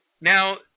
Now